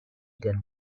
then